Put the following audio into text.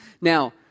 Now